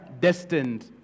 destined